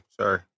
sorry